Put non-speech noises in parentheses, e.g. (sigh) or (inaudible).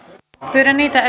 pyydän niitä (unintelligible)